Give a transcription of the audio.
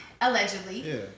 allegedly